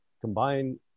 combine